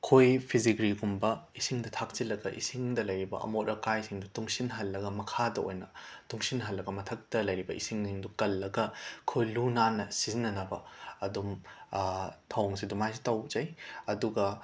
ꯑꯩꯈꯣꯏ ꯐꯤꯖꯤꯒ꯭ꯔꯤꯒꯨꯝꯕ ꯏꯁꯤꯡꯗ ꯊꯥꯛꯆꯤꯜꯂꯒ ꯏꯁꯤꯡꯗ ꯂꯩꯔꯤꯕ ꯑꯃꯣꯠ ꯑꯀꯥꯏꯁꯤꯡꯗꯣ ꯇꯨꯡꯁꯤꯜꯍꯜꯂꯒ ꯃꯈꯥꯗ ꯑꯣꯏꯅ ꯇꯨꯡꯁꯤꯜꯍꯜꯂꯕ ꯃꯊꯛꯇ ꯂꯩꯔꯤꯕ ꯏꯁꯤꯡꯁꯤꯡꯗꯨ ꯀꯜꯂꯒ ꯑꯩꯈꯣꯏ ꯂꯨ ꯅꯥꯟꯅ ꯁꯤꯖꯤꯟꯅꯅꯕ ꯑꯗꯨꯝ ꯊꯧꯑꯣꯡꯁꯦ ꯑꯗꯨꯃꯥꯏꯅꯁꯨ ꯇꯧꯖꯩ ꯑꯗꯨꯒ